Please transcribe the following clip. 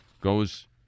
goes